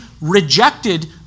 rejected